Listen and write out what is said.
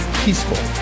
peaceful